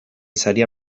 saria